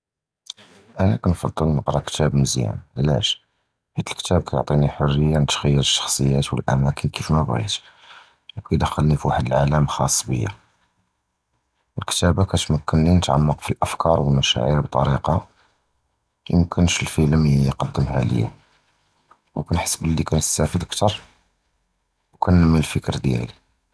אִנַא קִנְפַכְּר נִقְרָא קִתָּאב מְזְיָאן, עַלַאש? חִית אִל-קִתָּאב קִתְּעַטִּי חֻרִיָּה נִתְחַ'יֵּל אִשְשַחְסִיָּאת וְאִל-אַמָאקְן כִּיף מָא בְגִית, וְיְדְכְּלִינִי פִיוּחְד עָלַם חַ'اصּ בִיָא. אִל-מַכְתְּבַּה קִתְּמַכְּנִי נִתְעַמַּק פִי אִל-אַפְקָאר וְאִל-מַשְשָאִר בְּטַרִיקָה מַיְמְכִּנְש אִל-פִילְם יְקַדְּמְהָ לִיָא, וְקִנְחַס בִּלִי קִנְסְתָאפֵד כְתַּר, וְקִנְמִי אִל-פִקְר דִיַּלִי.